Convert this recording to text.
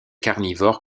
carnivores